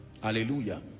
Hallelujah